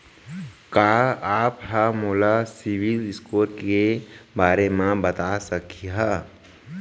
का आप हा मोला सिविल स्कोर के बारे मा बता सकिहा?